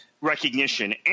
recognition